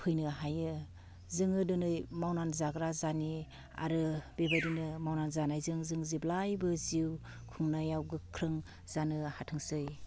फैनो हायो जोङो दिनै मावनानै जाग्रा जानि आरो बेबायदिनो मावनानै जानायजों जों जेब्लायबो जिउ खुंनायाव गोख्रों जानो हाथोंसै